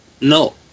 No